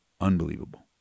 Unbelievable